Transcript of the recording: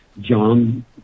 John